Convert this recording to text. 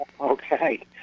Okay